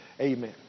Amen